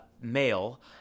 male